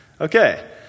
Okay